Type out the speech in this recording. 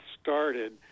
started